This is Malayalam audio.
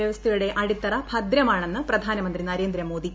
വ്യവസ്ഥയുടെ അടിത്തറ ഭദ്രമാണെന്ന് പ്രധാനമന്ത്രി നരേന്ദ്രമോദി